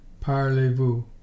parlez-vous